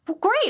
great